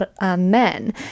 men